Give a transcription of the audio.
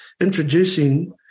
introducing